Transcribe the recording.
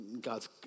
God's